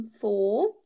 four